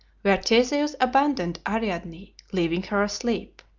where theseus abandoned ariadne, leaving her asleep.